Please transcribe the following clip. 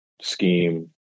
scheme